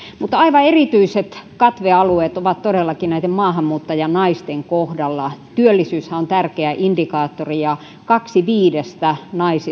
mutta aivan erityiset katvealueet ovat todellakin maahanmuuttajanaisten kohdalla työllisyyshän on tärkeä indikaattori ja kaksi viidestä